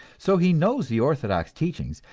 so he knows the orthodox teachings,